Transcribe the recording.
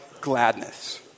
gladness